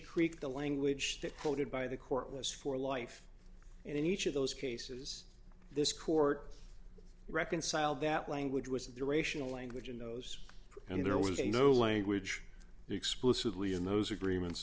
creek the language that quoted by the court was for life and in each of those cases this court reconciled that language was the racial language in those and there was no language explicitly in those agreements